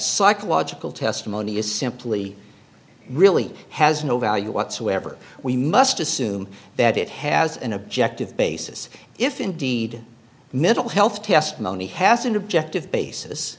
psychological testimony is simply really has no value whatsoever we must assume that it has an objective basis if indeed mental health testimony has an objective basis